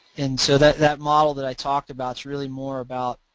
and so that, that model that i talked about is really more about